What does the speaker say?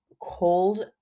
cold